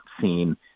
seen